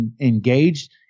engaged